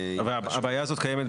הבעיה הזאת קיימת,